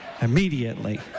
Immediately